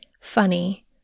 funny